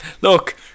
Look